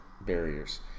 barriers